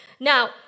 Now